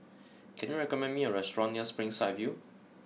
can you recommend me a restaurant near Springside View